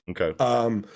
Okay